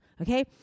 Okay